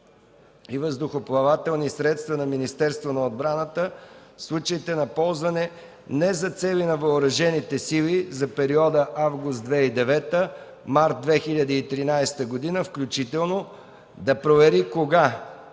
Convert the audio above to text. и въздухоплавателни средства на Министерството на отбраната в случаите на ползване не за целите на въоръжените сили за периода август 2009 – март 2013 г., включително да провери кога,